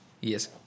yes